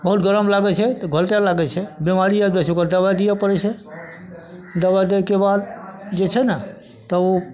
बहुत गरम लागैत छै तऽ घोलटऽ लागैत छै बेमारी आबि जाइत छै ओकर दबाइ दिअ पड़ैत छै दबाइ दैके बाद जे छै ने तऽ ओ